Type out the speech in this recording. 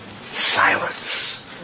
silence